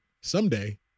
someday